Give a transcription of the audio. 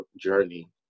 journey